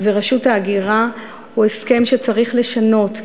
ורשות ההגירה הוא הסכם שצריך לשנות,